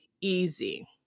easy